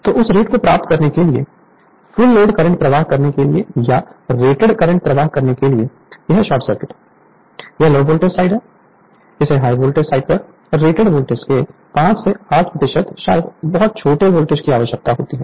तो उस रेट को प्राप्त करने के लिए फुल लोड करंट प्रवाह करने के लिए या रेटेड प्रवाह करने के लिए यह शॉर्ट सर्किट यह लो वोल्टेज साइड इसे हाय वोल्टेज साइड पर रेटेड वोल्टेज के 5 से 8 प्रतिशत शायद बहुत छोटे वोल्टेज की आवश्यकता होती है